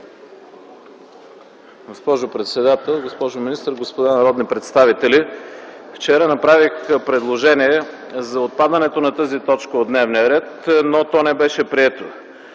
Госпожо председател, госпожо министър, господа народни представители! Вчера направих предложение за отпадането на тази точка от дневния ред, но то не беше прието.